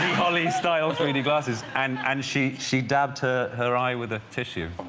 polly style three d glasses and and she she dabbed her her eye with a tissue.